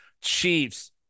Chiefs